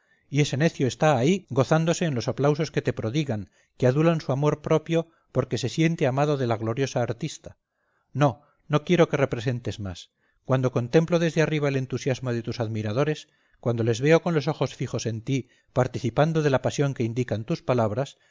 y ese necio está ahí gozándose en los aplausos que te prodigan que adulan su amor propio porque se siente amado de la gloriosa artista no no quiero que representes más cuando contemplo desde arriba el entusiasmo de tus admiradores cuando les veo con los ojos fijos en ti participando de la pasión que indican tus palabras